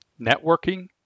Networking